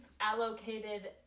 allocated